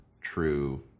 true